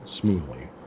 smoothly